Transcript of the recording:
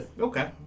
Okay